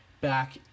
back